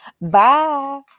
Bye